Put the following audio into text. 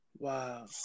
Wow